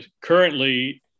currently